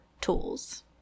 tools